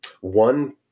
one